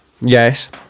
yes